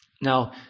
Now